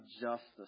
justice